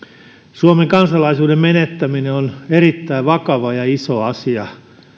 suomen kansalaisuuden menettäminen on erittäin vakava ja iso asia